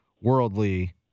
worldly-